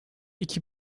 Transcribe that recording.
iki